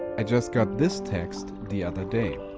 i just got this text the other day.